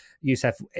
Youssef